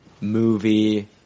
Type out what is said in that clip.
movie